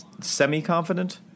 semi-confident